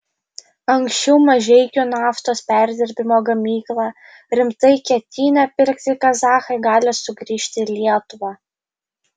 anksčiau mažeikių naftos perdirbimo gamyklą rimtai ketinę pirkti kazachai gali sugrįžti į lietuvą